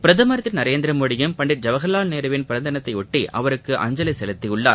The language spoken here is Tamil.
பிரதமர் திரு நரேந்திர மோடியும் பண்டிட் ஜவஹர்லால் நேருவின் பிறந்த தினத்தையொட்டி அவருக்கு அஞ்சலி செலுத்தியுள்ளார்